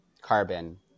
carbon